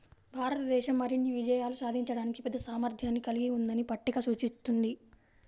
భారతదేశం మరిన్ని విజయాలు సాధించడానికి పెద్ద సామర్థ్యాన్ని కలిగి ఉందని పట్టిక సూచిస్తుంది